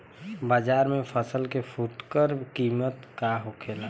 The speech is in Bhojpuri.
बाजार में फसल के फुटकर कीमत का होखेला?